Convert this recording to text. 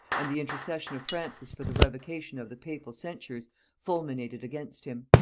and the intercession of francis for the revocation of the papal censures fulminated against him.